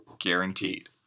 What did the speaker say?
Guaranteed